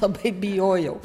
labai bijojau